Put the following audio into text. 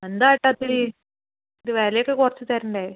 എന്താ ഏട്ടാ ഇത്തിരി ഒരു വില ഒക്കെ കുറച്ച് തരണ്ടേ